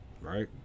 right